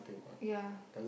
ya